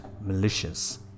malicious